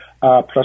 plus